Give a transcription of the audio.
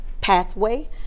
pathway